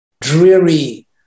dreary